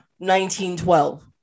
1912